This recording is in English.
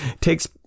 takes